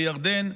בירדן,